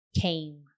came